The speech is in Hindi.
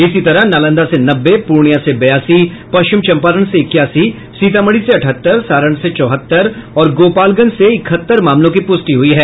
इसी तरह नालंदा से नब्बे पूर्णिया से बयासी पश्चिम चंपारण से इक्यासी सीतामढ़ी से अठहत्तर सारण से चौहत्तर और गोपालगंज से इकहत्तर मामलों की प्रष्टि हुई है